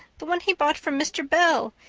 the one he bought from mr. bell.